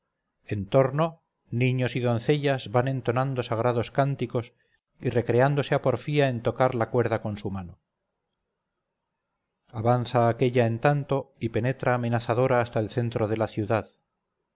torno niños y doncellas van entonando sagrados cánticos y recreándose a porfía en tocar la cuerda con su mano avanza aquella en tanto y penetra amenazadora hasta el centro de la ciudad